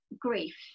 grief